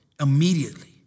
immediately